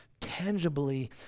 tangibly